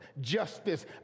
justice